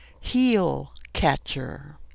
heel-catcher